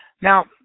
Now